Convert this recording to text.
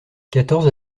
quatorze